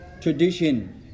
tradition